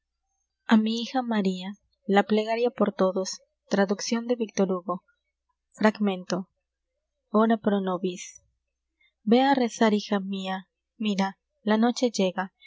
a mi hija maría la plegaria por todos traduccion de víctor hugo fragmento ora pro nobis vé á rezar hija mia mira la noche llega